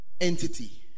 entity